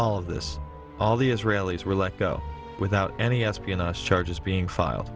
all of this all the israelis were let go without any espionage charges being file